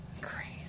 crazy